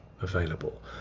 available